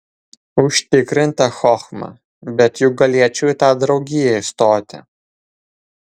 užtikrinta chochma bet juk galėčiau į tą draugiją įstoti